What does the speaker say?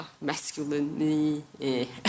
masculinely